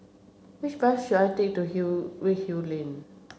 which bus should I take to hill Redhill Lane